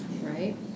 right